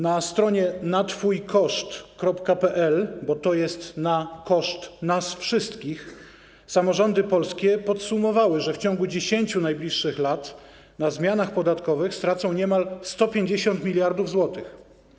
Na stronie natwojkoszt.pl, bo to jest na koszt nas wszystkich, samorządy polskie podsumowały, że w ciągu 10 najbliższych lat na zmianach podatkowych stracą niemal 150 mld zł.